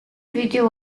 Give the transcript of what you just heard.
video